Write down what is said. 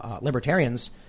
libertarians